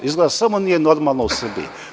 Izgleda, samo nije normalno u Srbiji.